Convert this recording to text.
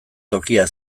tokia